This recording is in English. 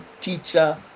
Teacher